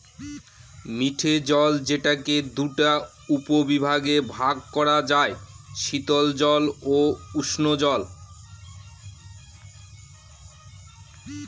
মিঠে জল যেটাকে দুটা উপবিভাগে ভাগ করা যায়, শীতল জল ও উষ্ঞজল